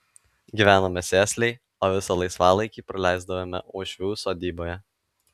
gyvenome sėsliai o visą laisvalaikį praleisdavome uošvių sodyboje